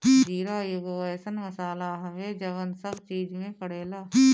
जीरा एगो अइसन मसाला हवे जवन सब चीज में पड़ेला